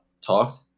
talked